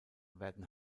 werden